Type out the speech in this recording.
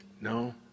no